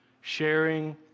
sharing